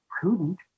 prudent